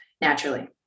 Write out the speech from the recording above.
naturally